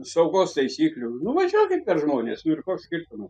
saugos taisyklių nu važiuokit per žmones nu ir koks skirtumas